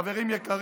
חברים יקרים,